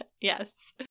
yes